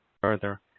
further